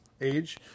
age